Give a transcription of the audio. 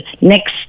next